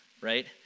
right